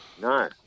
No